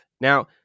Now